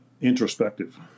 introspective